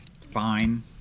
fine